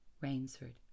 Rainsford